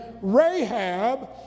Rahab